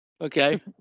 Okay